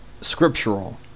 scriptural